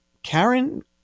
karen